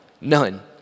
none